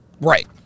right